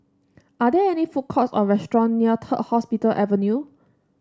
are there any food courts or restaurant near Hospital Avenue